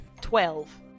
Twelve